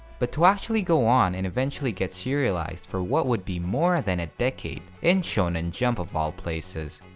but to actually go on and eventually get serialized for what would be more than a decade in shonen jump of all places,